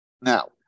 Now